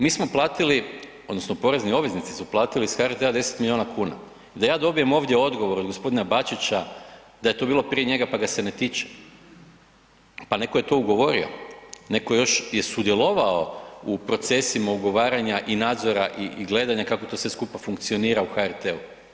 Mi smo platili odnosno porezni obveznici su platili s HRT-a 10 milijuna kuna i da ja dobijem ovdje odgovor od g. Bačića da je to bilo prije njega, pa ga se ne tiče, pa neko je to ugovorio, neko još je sudjelovao u procesima ugovaranja i nadzora i, i gledanja kako to sve skupa funkcionira u HRT-u.